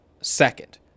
second